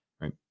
Right